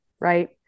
right